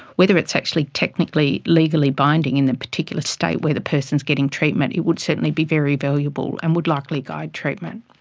whether it's actually technically legally binding in the particular state where the person's getting treatment, it would certainly be very valuable and would likely guide treatment.